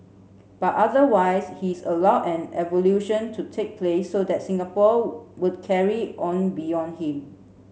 but otherwise his allowed an evolution to take place so that Singapore would carry on beyond him